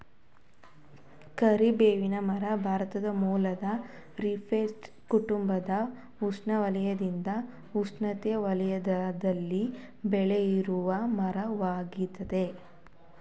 ಕರಿಬೇವಿನ ಮರ ಭಾರತ ಮೂಲದ ರುಟೇಸಿಯೇ ಕುಟುಂಬದ ಉಷ್ಣವಲಯದಿಂದ ಉಪೋಷ್ಣ ವಲಯದಲ್ಲಿ ಬೆಳೆಯುವಮರವಾಗಯ್ತೆ